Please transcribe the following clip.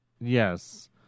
Yes